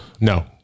No